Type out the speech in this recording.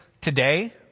today